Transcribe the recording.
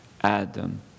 Adam